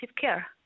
care